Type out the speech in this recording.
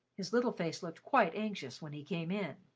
his little face looked quite anxious when he came in.